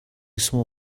small